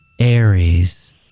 Aries